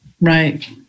Right